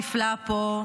נפלא פה,